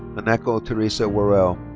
hanako teresa worrell.